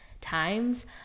times